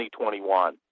2021